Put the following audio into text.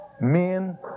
men